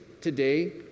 today